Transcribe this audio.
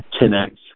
10X